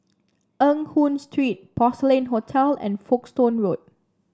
Eng Hoon Street Porcelain Hotel and Folkestone Road